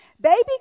Baby